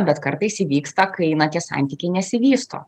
bet kartais įvyksta kai na tie santykiai nesivysto